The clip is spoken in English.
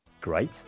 Great